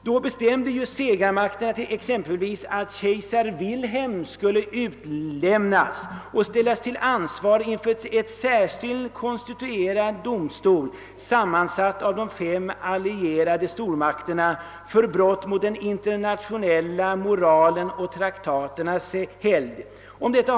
Då bestämde segermakterna att kejsar Wilhelm skulle utlämnas och ställas till ansvar inför en särskilt konstituerad domstol, sammansatt av representanter för de fem segrande stormakterna, för brott mot den internationella moralen och traktaternas helgd.